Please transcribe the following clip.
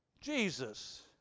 Jesus